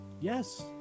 Yes